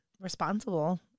responsible